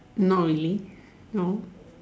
not really no